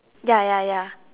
ya ya ya